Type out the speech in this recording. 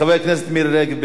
חברת הכנסת מירי רגב.